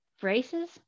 braces